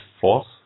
force